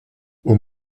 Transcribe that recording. aux